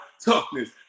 toughness